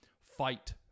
fight